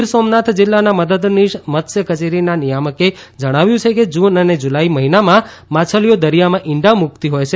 ગીર સોમનાથ જિલ્લાના મદદનીશ મત્સ્ય કચેરીના નિયામકે જણાવ્યું છે કે જૂન અને જુલાઇ મહિનામાં માછલીઓ દરિયામાં ઇંડા મુકતી હોય છે